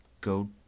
go